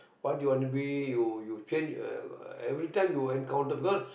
what do you want to be you you change every time you encounter because